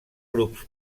grups